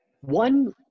One